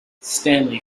stanley